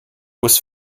was